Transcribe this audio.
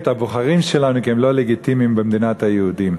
הבוחרים שלנו כי הם לא לגיטימיים במדינת היהודים.